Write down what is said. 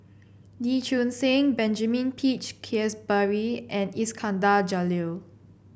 Lee Choon Seng Benjamin Peach Keasberry and Iskandar Jalil